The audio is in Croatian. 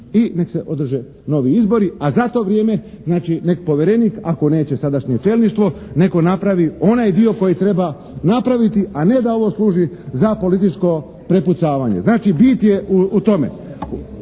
i neka se održe novi izbori a za to vrijeme neka povjerenik ako neće sadašnje čelništvo, neka napravi onaj dio koji treba napraviti a ne da ovo služi za političko prepucavanje. Znači, bit je u tome